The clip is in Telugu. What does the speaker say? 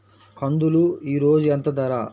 కందులు ఈరోజు ఎంత ధర?